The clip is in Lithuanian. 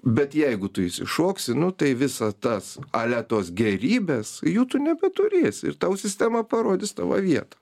bet jeigu tu išsišoksi nu tai visa tas ale tos gėrybės jų tu nebeturėsi ir tau sistema parodys tavo vietą